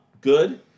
good